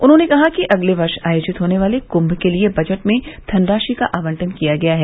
उन्होंने कहा कि अगले वर्ष आयोजित होने वाले क्म के लिए बजट में धनराशि का आवंटन किया गया है